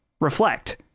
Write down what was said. reflect